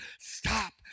stop